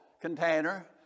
container